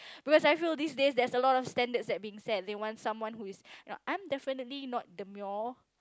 because I feel these days there's a lot of standards being set they want someone who is you know I'm definitely not demure